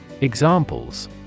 Examples